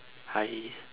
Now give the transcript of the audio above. hi